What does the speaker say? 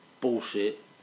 bullshit